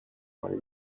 one